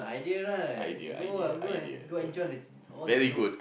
idea right go ah go and go and join all the group